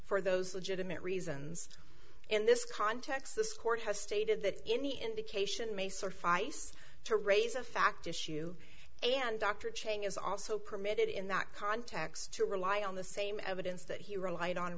for those legitimate reasons in this context this court has stated that any indication may surf ice to raise a fact issue and dr cheney is also permitted in that context to rely on the same evidence that he relied on